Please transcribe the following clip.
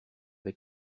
avec